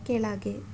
ಕೆಳಗೆ